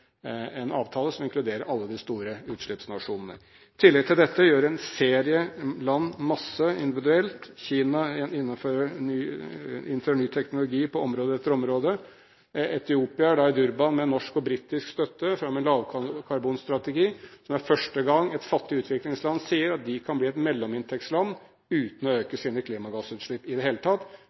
en avtale som inkluderer alle de store utslippsnasjonene. I tillegg til dette gjør en serie land masse individuelt: Kina innfører ny teknologi på område etter område, Etiopia la i Durban fram en lavkarbonstrategi med norsk og britisk støtte. Det er første gang et fattig utviklingsland sier at de kan bli et mellominntektsland uten å øke sine klimagassutslipp i det hele tatt.